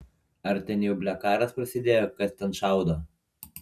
ar ten jau ble karas prasidėjo kas ten šaudo